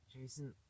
Jason